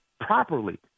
properly